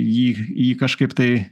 jį jį kažkaip tai